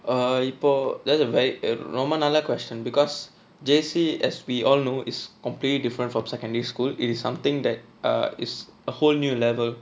ah இப்ப:ippa that's a very ரொம்ப நல்ல:romba nalla question because J_C as we all know is completely different from secondary school it is something that is a whole new level